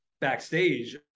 backstage